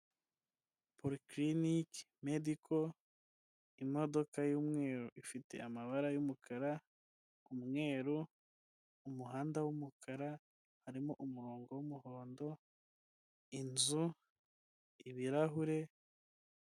Polikilinike mediko, imodoka y'umweru ifite amabara y'umukara, umweru, umuhanda wumukara, harimo umurongo w'umuhondo, inzu ibirahure.